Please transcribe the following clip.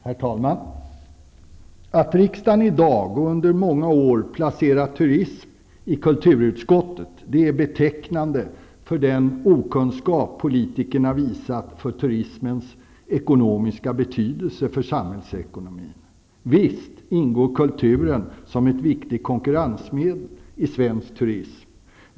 Herr talman! Att riksdagen i dag och under många år placerat turism i kulturutskottet är betecknande för den okunskap politikerna visat för turismens ekonomiska betydelse för samhällsekonomin. Visst ingår kulturen som ett viktigt konkurrensmedel i svensk turism.